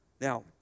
Now